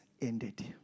ended